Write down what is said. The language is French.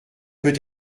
peut